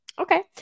okay